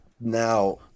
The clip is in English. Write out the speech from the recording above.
now